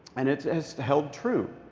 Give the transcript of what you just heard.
and it has held true.